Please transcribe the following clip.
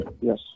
Yes